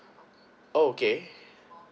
okay